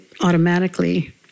automatically